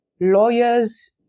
lawyers